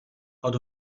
out